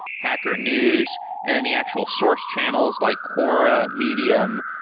hacker news and then the actual source channels like quora, medium,